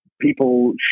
people